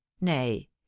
nay